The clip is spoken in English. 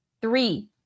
Three